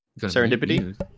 Serendipity